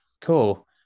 Cool